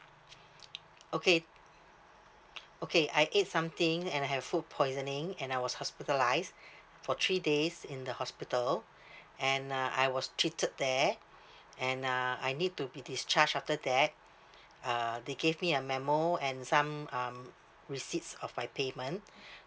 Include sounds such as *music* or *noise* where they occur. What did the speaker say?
okay okay I ate something and I have food poisoning and I was hospitalised *breath* for three days in the hospital *breath* and uh I was treated there *breath* and uh I need to be discharge after that uh they gave me a memo and some um receipts of my payment *breath*